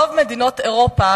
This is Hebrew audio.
רוב מדינות אירופה,